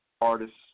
artists